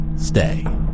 Stay